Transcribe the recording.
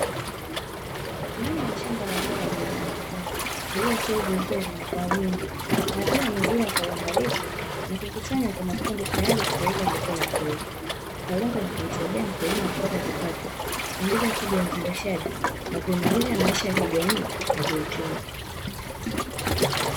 Ndani ya shamba la zao la viazi mviringo zilizostawi vizuri na kwa wingi. Mazao yamevunwa kwa uangalifu na kukusanywa kwa makundi tayari kupelekwa sokoni kuuzwa, kwa lengo la kumsaidia mkulima kupata kipato, kuongeza tija ya uzalishaji na kuimarisha maisha ya kijamii na kiuchumi.